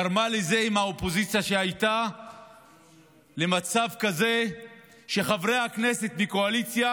גרמה עם האופוזיציה שהייתה למצב כזה שחברי הכנסת בקואליציה,